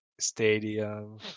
stadium